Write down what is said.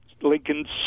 Lincoln's